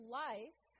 life